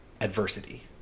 adversity